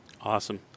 Awesome